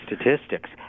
statistics